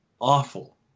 awful